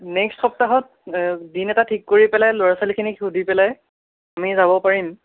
next সপ্তাহত দিন এটা ঠিক কৰি পেলাই ল'ৰা ছোৱালীখিনিক সুধি পেলাই আমি যাব পাৰিম